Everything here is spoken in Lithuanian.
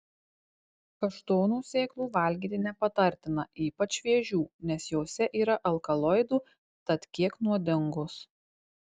kaštonų sėklų valgyti nepatartina ypač šviežių nes jose yra alkaloidų tad kiek nuodingos